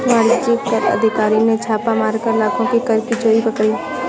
वाणिज्य कर अधिकारी ने छापा मारकर लाखों की कर की चोरी पकड़ी